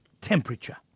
temperature